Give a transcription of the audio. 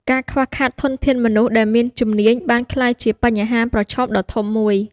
ការខ្វះខាតធនធានមនុស្សដែលមានជំនាញបានក្លាយជាបញ្ហាប្រឈមដ៏ធំមួយ។